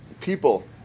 people